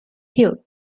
hill